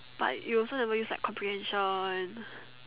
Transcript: but you also never use like comprehension